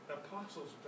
apostles